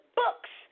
books